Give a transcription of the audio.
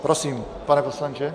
Prosím, pane poslanče.